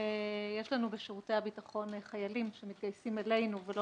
יש לנו בשירותי הביטחון חיילים שמתגייסים אלינו ולא